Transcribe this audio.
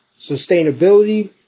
sustainability